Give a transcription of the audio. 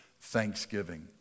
Thanksgiving